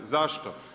Zašto?